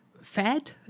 Fed